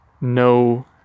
no